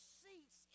seats